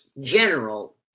general